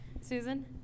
Susan